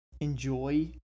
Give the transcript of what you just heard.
enjoy